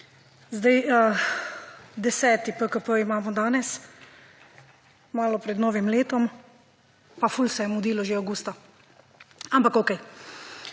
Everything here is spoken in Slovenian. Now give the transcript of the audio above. Deseti PKP imamo danes, malo pred novim letom pa ful se je mudilo že avgusta, ampak okej.